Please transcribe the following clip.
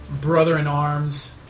brother-in-arms